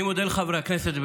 אני מודה לחבר הכנסת.